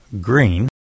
Green